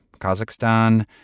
Kazakhstan